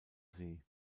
see